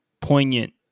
poignant